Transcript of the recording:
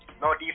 no